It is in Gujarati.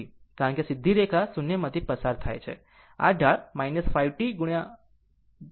કારણ કે આ સીધી રેખા શૂન્યમાંથી પસાર થાય છે આ ઢાળ 5 T4 tdt છે